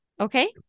Okay